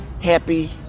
happy